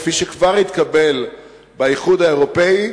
כפי שכבר התקבל באיחוד האירופי,